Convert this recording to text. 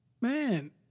man